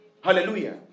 Hallelujah